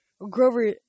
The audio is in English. Grover